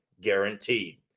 guaranteed